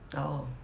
oh